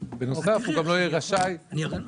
בנוסף הוא גם לא יהיה רשאי להפסיק